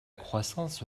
croissance